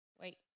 Wait